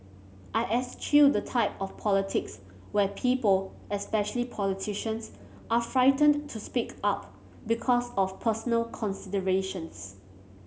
I eschew the type of politics where people especially politicians are frightened to speak up because of personal considerations